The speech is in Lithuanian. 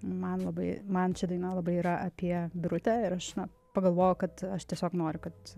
man labai man ši daina labai yra apie birutę ir aš na pagalvojau kad aš tiesiog noriu kad